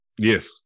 Yes